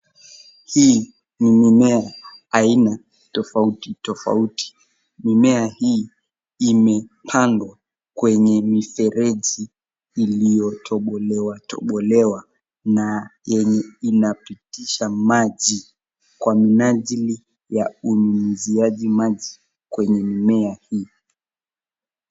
Hii ni mimea aina tofauti tofauti. Mimea hii imepandwa kwenye mifereji iliyotobolewa tobolewa na yenye inapitisha maji kwa minajili ya unyunyiziaji maji kwenye mimea hii.